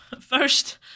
first